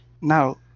now